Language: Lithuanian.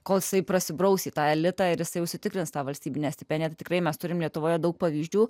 kol jisai prasibraus į tą elitą ir jisai užsitikrins tą valstybinę stipendiją tikrai mes turime lietuvoje daug pavyzdžių